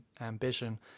Ambition